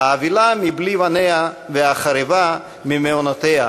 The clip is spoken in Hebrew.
האבלה מבלי בניה והחרבה ממעונותיה,